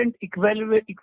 equivalent